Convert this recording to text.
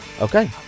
Okay